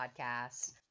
podcast